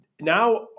now